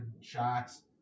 shots